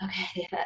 okay